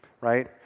right